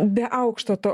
be aukšto to